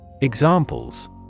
Examples